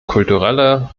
kulturelle